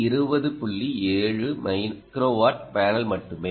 7 microwatt panel மட்டுமே